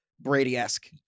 Brady-esque